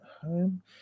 home